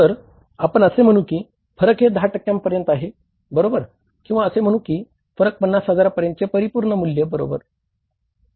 तर आपण असे म्हणू की फरक हे 10 टक्क्या पर्यंत आहे बरोबर किंवा असे म्हणू की फरक 50 हजारांपर्यंतचे परिपूर्ण मूल्य बरोबर